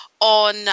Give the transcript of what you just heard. on